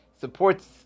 supports